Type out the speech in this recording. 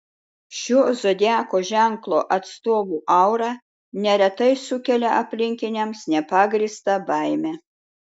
šio zodiako ženklo atstovų aura neretai sukelia aplinkiniams nepagrįstą baimę